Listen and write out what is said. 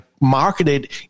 marketed